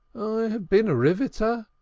have been a riveter.